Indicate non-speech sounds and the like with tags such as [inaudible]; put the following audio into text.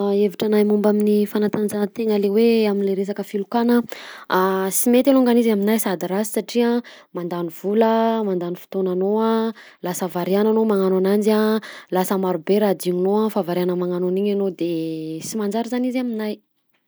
[hesitation] Hevitranahy momba amin'ny fanatanjahatena le hoe amle resaka filokana [hesitation] sy mety longany izy aminahy sady rasy satria mandany vola, mandany fotoananao a, lasa viriagna anao magnano ananjy a, lasa maro be raha adinonao fa variagna magnano aniny anao de sy manjary zany izy aminahy.